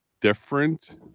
different